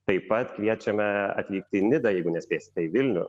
taip pat kviečiame atvykti į nidą jeigu nespėsite į vilnių